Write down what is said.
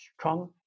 strong